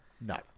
No